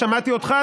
שמעתי אותך,